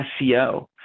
seo